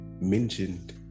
Mentioned